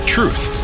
Truth